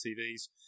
TV's